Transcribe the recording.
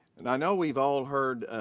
and i know we've all heard